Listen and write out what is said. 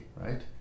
right